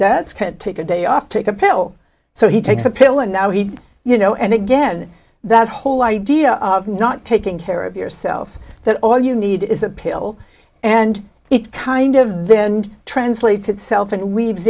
that's can't take a day off take a pill so he takes a pill and now he you know and again that whole idea of not taking care of yourself that all you need is a pill and it kind of then translates itself and it weaves